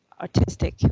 artistic